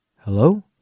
Hello